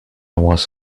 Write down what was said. was